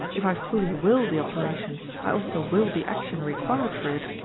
if i fully will the operation, i also will the action required for it,